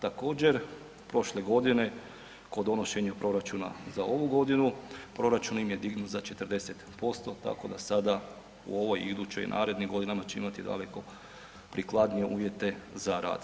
Također prošle godine kod donošenja proračuna za ovu godinu proračun im je dignut za 40% tako da sada u ovoj idućoj i narednih godinama će imati daleko prikladnije uvjete za rad.